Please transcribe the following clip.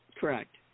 Correct